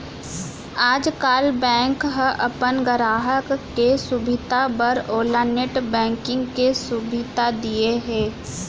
आजकाल बेंक ह अपन गराहक के सुभीता बर ओला नेट बेंकिंग के सुभीता दिये हे